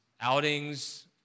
outings